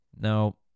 Now